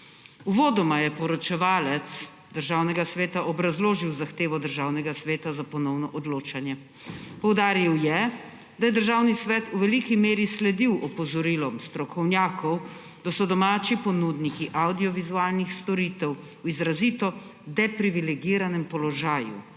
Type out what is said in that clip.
Uvodoma je poročevalec Državnega sveta obrazložil zahtevo Državnega sveta za ponovno odločanje. Poudaril je, da je Državni svet v veliki meri sledil opozorilom strokovnjakov, da so domači ponudniki avdiovizualnih storitev v izrazito deprivilegiranem položaju